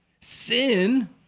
Sin